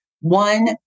one